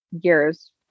years